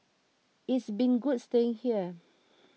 it's been good staying here